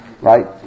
right